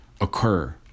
occur